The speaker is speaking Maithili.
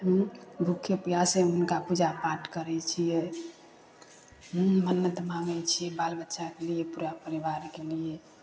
हूँ भूखै प्यासे हुनका पूजा पाठ करै छियै हूँ मन्नत मांगै छियै बाल बच्चाके लिए पूरा परिवारके लिए